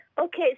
okay